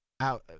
out